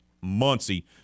Muncie